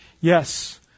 Yes